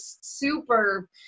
super